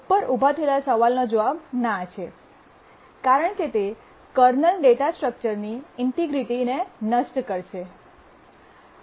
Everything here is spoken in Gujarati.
ઉપર ઉભા થયેલા સવાલનો જવાબ ના છે કારણ કે તે કર્નલ ડેટા સ્ટ્રક્ચર્સની ઇન્ટેગ્રિટીને નષ્ટ કરશે